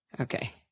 Okay